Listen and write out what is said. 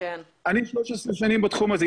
אני 13 שנים בתחום הזה,